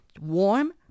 warm